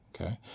Okay